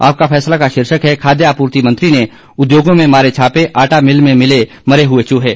आपका फैसला का शीर्षक है खाद्य आपूर्ति मंत्री ने उद्योगों में मारे छापे आटा मिल में मिले मरे हुए चूहे